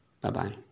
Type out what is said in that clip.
Bye-bye